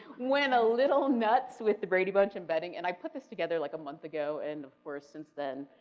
when a little nuts with the brady bunch embedding and i put this together like a month to go and of course since then,